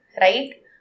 right